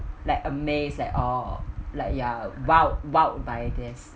like amazed like oh like you're !wow! !wow! by this